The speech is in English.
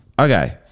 okay